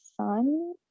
son